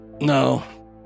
No